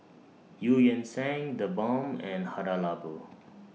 EU Yan Sang TheBalm and Hada Labo